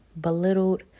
belittled